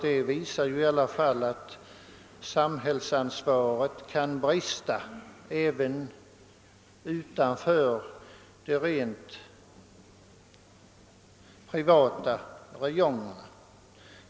Det visar ju ändå att samhällets ansvar kan brista även utanför de rent privata räjongerna.